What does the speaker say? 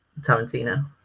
Tarantino